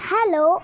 Hello